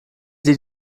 sie